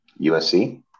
USC